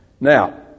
Now